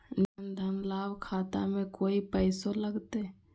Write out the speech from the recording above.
जन धन लाभ खाता में कोइ पैसों लगते?